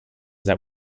that